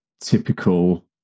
typical